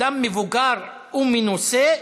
אדם מבוגר ומנוסה,